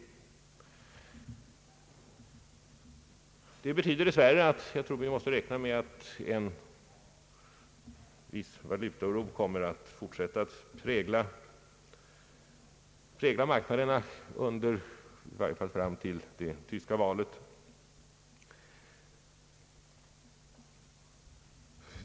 Det betyder dess värre, att vi nog måste räkna med att en viss valutaoro kommer att fortsätta att prägla marknaderna i varje fall under tiden fram till det tyska valet.